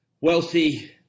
wealthy